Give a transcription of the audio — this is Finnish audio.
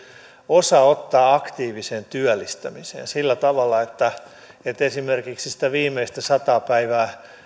osa ottaa aktiiviseen työllistämiseen sillä tavalla että että esimerkiksi sitä viimeistä sataa päivää